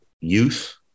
youth